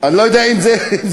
אני לא יודע אם זה שלך.